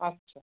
আচ্ছা